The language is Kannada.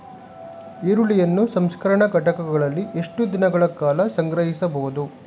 ಈರುಳ್ಳಿಯನ್ನು ಸಂಸ್ಕರಣಾ ಘಟಕಗಳಲ್ಲಿ ಎಷ್ಟು ದಿನಗಳ ಕಾಲ ಸಂಗ್ರಹಿಸಬಹುದು?